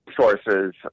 sources